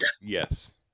Yes